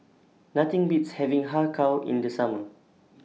Nothing Beats having Har Kow in The Summer